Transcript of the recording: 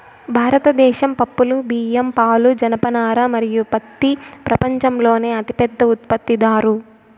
భారతదేశం పప్పులు, బియ్యం, పాలు, జనపనార మరియు పత్తి ప్రపంచంలోనే అతిపెద్ద ఉత్పత్తిదారు